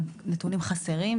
חסרים,